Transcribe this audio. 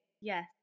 Yes